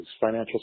Financial